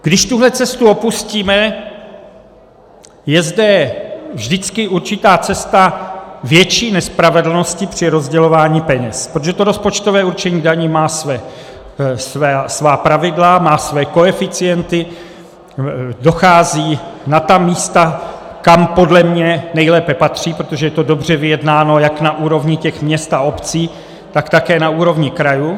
Když tuhle cestu opustíme, je zde vždycky určitá cesta větší nespravedlnosti při rozdělování peněz, protože rozpočtové určení daní má svá pravidla, má své koeficienty, dochází na ta místa, kam podle mě nejlépe patří, protože je to dobře vyjednáno jak na úrovni měst a obcí, tak také na úrovni krajů.